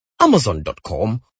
Amazon.com